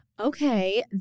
Okay